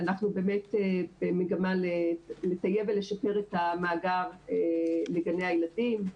אנחנו באמת במגמה לטייב ולשפר את המאגר לגני הילדים.